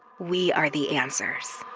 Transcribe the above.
we are the answers.